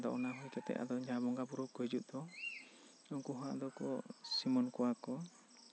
ᱟᱫᱚ ᱚᱱᱟ ᱦᱩᱭ ᱠᱟᱛᱮᱜ ᱟᱫᱚ ᱡᱟᱦᱟᱭ ᱵᱚᱸᱜᱟ ᱵᱳᱨᱳ ᱠᱚ ᱦᱤᱡᱩᱜ ᱫᱚ ᱱᱩᱠᱩ ᱦᱚᱸ ᱟᱫᱚ ᱠᱚ ᱥᱤᱢᱟᱹᱱ ᱠᱚᱣᱟ ᱠᱚ